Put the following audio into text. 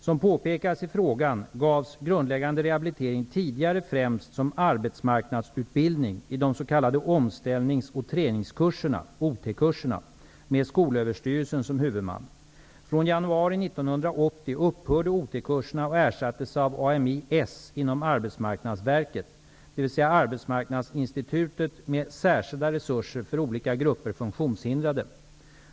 Som påpekas i frågan gavs grundläggande rehabilitering tidigare främst som arbetsmarknadsutbildning i de så kallade omställningsoch träningskurserna Arbetsmarknadsinstitutet med särskilda resurser för olika grupper funktionshindrade.